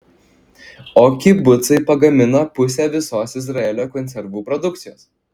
o kibucai pagamina pusę visos izraelio konservų produkcijos